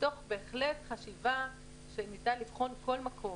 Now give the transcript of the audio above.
בהחלט מתוך חשיבה שניתן לבחון כל מקום.